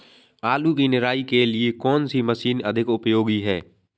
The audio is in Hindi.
आलू की निराई के लिए कौन सी मशीन अधिक उपयोगी है?